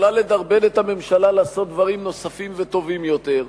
יכולה לדרבן את הממשלה לעשות דברים נוספים וטובים יותר,